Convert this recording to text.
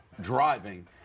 driving